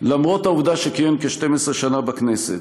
למרות העובדה שכיהן כ-12 שנה בכנסת,